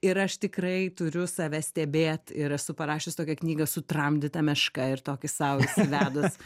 ir aš tikrai turiu save stebėt ir esu parašius tokią knygą sutramdyta meška ir tokį sau įsivedus